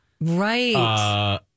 Right